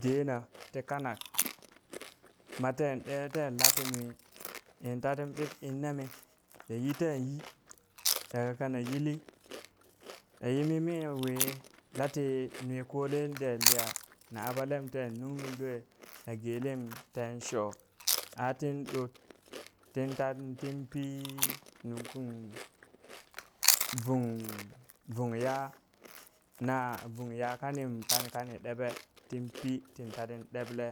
Dane ti kanak maten ɗeten lati nwi in tatin ɓib inne mi na yiten yi daga kana yili nayi mimi wi lati nwi kolen de liya? na aɓalem ten nungmi lue na gelem ten sho atin ɗot tinta tin pi nun kun vung ya na vung ya kanin kani kani ɗeɓe tin pi tin tatin ɗeɓle